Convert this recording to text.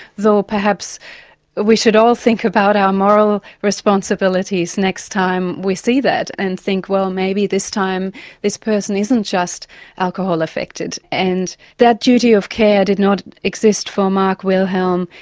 though perhaps we should all think about our moral responsibilities next time we see that and think, well maybe this time this person isn't just alcohol affected. and that duty of care did not exist for mark wilhelm,